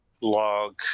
log